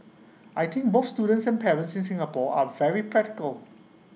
I think both students and parents in Singapore are very practical